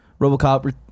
Robocop